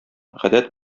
гадәт